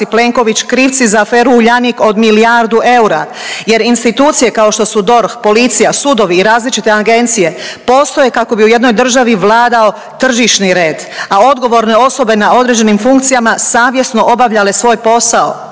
Plenković krivci za aferu Uljanik od milijardu eura. Jer institucije kao što su DORH, policija, sudovi i različite agencije postoje kako bi u jednoj državi vladao tržišni red, a odgovorne osobe na određenim funkcijama savjesno obavljale svoj posao.